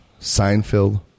Seinfeld